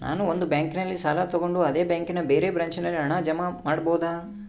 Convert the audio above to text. ನಾನು ಒಂದು ಬ್ಯಾಂಕಿನಲ್ಲಿ ಸಾಲ ತಗೊಂಡು ಅದೇ ಬ್ಯಾಂಕಿನ ಬೇರೆ ಬ್ರಾಂಚಿನಲ್ಲಿ ಹಣ ಜಮಾ ಮಾಡಬೋದ?